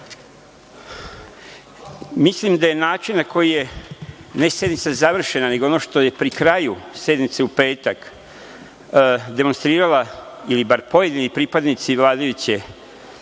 Mislim da je način na koji je ne sednica završena, nego ono što je pri kraju sednice u petak demonstrirala, ili bar pojedini pripadnici najveće